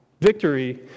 Victory